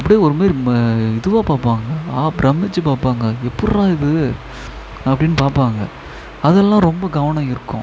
அப்டியே ஒரு மாரி இதுவாக பார்ப்பாங்க ஆ பிரமித்து பார்ப்பாங்க எப்பிட்ரா இது அப்படின்னு பார்ப்பாங்க அதெல்லாம் ரொம்ப கவனம் ஈர்க்கும்